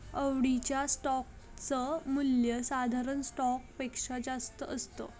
आवडीच्या स्टोक च मूल्य साधारण स्टॉक पेक्षा जास्त असत